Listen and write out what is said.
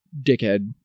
dickhead